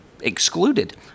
excluded